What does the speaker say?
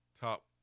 top